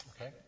Okay